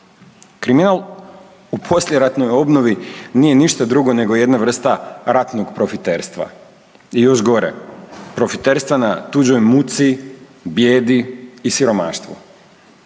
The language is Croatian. Kriminal u poslijeratnoj obnovi nije ništa drugo nego jedna vrsta ratnog profiterstva i još gore profiterstva na tuđoj muci, bijedi i siromaštvu.